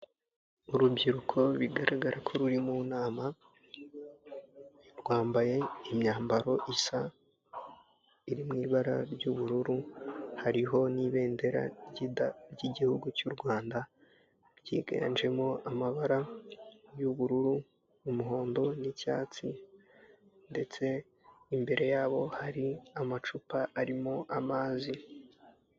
Urubyiruko bigaragara ko ruri mu nama rwambaye imyambaro isa iri mu ibara ry'ubururu, hariho n'ibendera ry'igihugu cy'u Rwanda ryiganjemo amabara y'ubururu, umuhondo n'icyatsi ndetse imbere yabo hari amacupa arimo amazi.